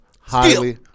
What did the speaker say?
Highly